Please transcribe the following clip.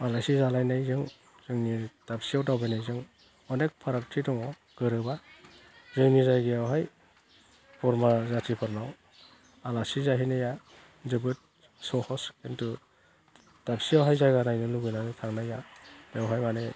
आलासि जालायनायजों जोंनि दाबसेयाव दावबायनायजों अनेक फारागथि दङ गोरोबा जोंनि जायगायावहाय खुरमा जाथिफोरनाव आलासि जाहैनाया जोबोद सहज खिन्थु दाबसेयावहाय जायगा नायनो लुबैनानै थांनाया बेवहाय माने